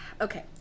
okay